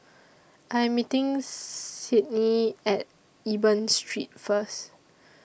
I'm meeting Sydnie At Eben Street First